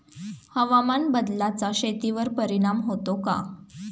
हवामान बदलाचा शेतीवर परिणाम होतो का?